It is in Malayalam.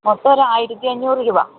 മൊത്തം ഒരു ആയിരത്തി അഞ്ഞൂറ് രൂപ